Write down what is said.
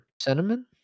Cinnamon